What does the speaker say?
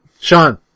Sean